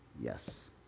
Yes